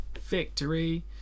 Victory